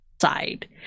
side